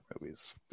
movies